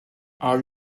are